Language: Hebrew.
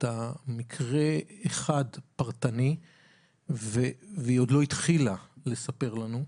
שהיא מקרה אחד פרטני והיא בכלל עוד לא התחילה לספר לנו,